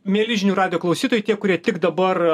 mieli žinių radijo klausytojai tie kurie tik dabar